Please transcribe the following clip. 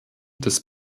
des